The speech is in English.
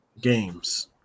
games